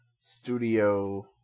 studio